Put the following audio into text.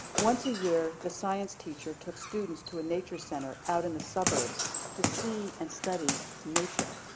once a year, the science teacher took students to a nature center out in the suburbs to see and study nature.